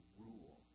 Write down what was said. rule